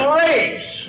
race